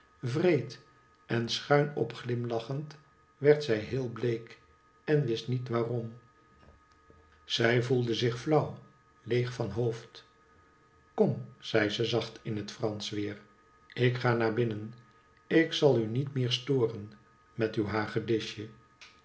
wreed en schuin op glimlachend werd zij heel bleek en wist niet waarom zij voelde zich flauw leeg van hoofd kom zei ze zacht in het fransch weer ik ga naar binnen ik zal u niet meer storen met uw